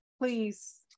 please